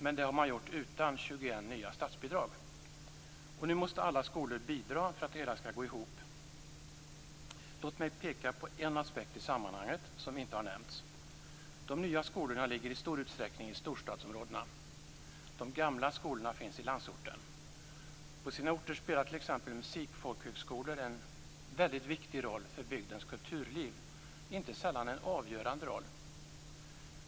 Men det har man gjort utan 21 nya statsbidrag. Nu måste alla skolor bidra för att det hela skall gå ihop. Låt mig peka på en aspekt som inte har nämnts i sammanhanget. De nya skolorna ligger i stor utsträckning i storstadsområdena. De gamla skolorna finns i landsorten. På sina orter spelar t.ex. musikfolkhögskolor en väldigt viktig roll för bygdens kulturliv - inte sällan en avgörande roll.